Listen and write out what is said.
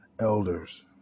elders